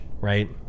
right